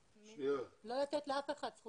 אבל מתי הם יתחילו תכלס?